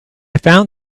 found